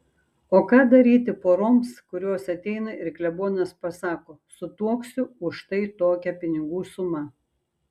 o ką daryti poroms kurios ateina ir klebonas pasako sutuoksiu už štai tokią pinigų sumą